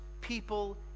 people